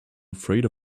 afraid